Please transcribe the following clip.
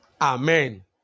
Amen